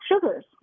sugars